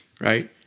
right